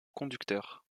conducteur